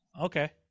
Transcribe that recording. Okay